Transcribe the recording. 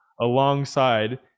alongside